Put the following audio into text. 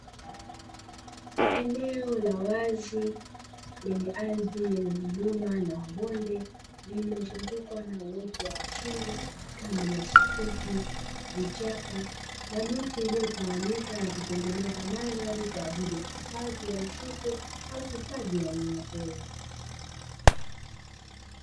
Eneo la wazi lenye ardhi yenye milima na mabonde lililozungukwa na uoto wa asili kama nyasi fupi, vichaka na miti iliyotawanyika na kutengeneza mandhari kwa ajili ya hifadhi ya msitu au hifadhi ya wanyamapori.